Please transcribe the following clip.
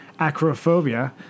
acrophobia